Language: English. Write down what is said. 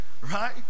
right